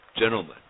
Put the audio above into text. gentlemen